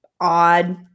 odd